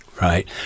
Right